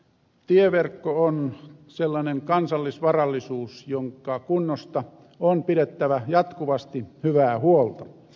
tieverkko on sellainen kansallisvarallisuus jonka kunnosta on pidettävä jatkuvasti hyvää huolta